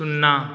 सुन्ना